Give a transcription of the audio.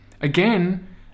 Again